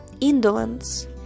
indolence